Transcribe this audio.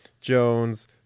Jones